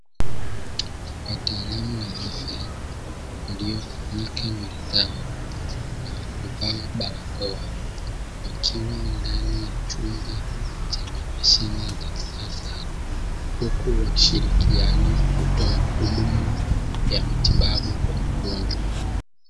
Wataalamu wa afya waliofunika nywele zao, na kuvaa barakoa, wakiwa ndani ya chumba chenye mashine za kisasa, huku wakishirikiana kutoa huduma ya matibabu kwa mgonjwa.